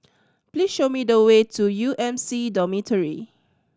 please show me the way to U M C Dormitory